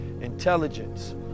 intelligence